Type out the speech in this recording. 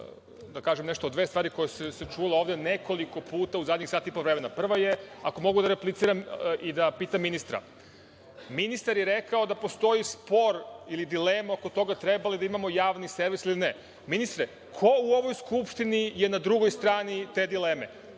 da kažem koje su se čule ovde nekoliko puta u zadnjih sat i po vremena. Prva je, ako mogu da repliciram i da pitam ministra, ministar je rekao da postoji spor ili dilema oko toga treba li da imamo javni servis ili ne. Ministre, ko u ovoj Skupštini je na drugoj strani te dileme?